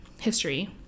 history